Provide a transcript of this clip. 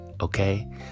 okay